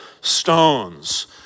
stones